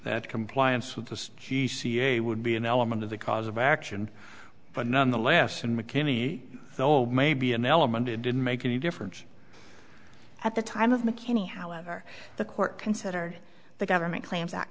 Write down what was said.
that compliance with the she ca would be an element of the cause of action but nonetheless and mckinney though may be an element it didn't make any difference at the time of mckinney however the court considered the government claims that